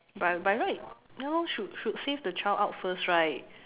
by by right ya lor should should save the child out first right